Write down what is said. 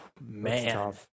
Man